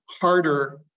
harder